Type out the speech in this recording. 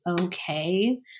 okay